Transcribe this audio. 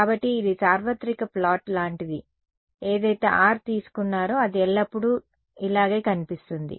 కాబట్టి ఇది సార్వత్రిక ప్లాట్ లాంటిది ఏదైతే r తీసుకున్నారో అది ఎల్లప్పుడూ ఇలాగే కనిపిస్తుంది